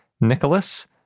Nicholas